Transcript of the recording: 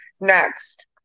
Next